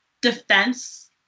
defense